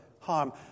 harm